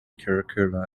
curricular